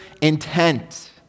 intent